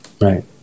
Right